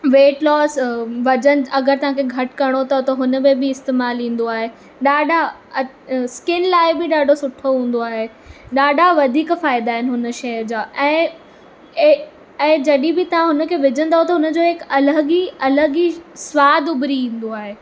weight loss अ वज़न अगरि तव्हांखे घटि करिणो अथव त हुनमें बि इस्तेमालु ईंदो आहे ॾाढा अ स्किन लाइ बि ॾाढो सुठो हूंदो आहे ॾाढा वधीक फ़ाइदा इन हुन शइ जा ऐं ए ऐं जॾहिं बि तव्हां हुनखे विझंदो त हुन जो अलॻि ई अलॻि ई स्वादु उभरी ईंदो आहे